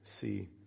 see